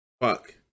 fuck